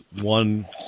one